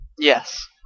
Yes